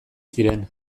ziren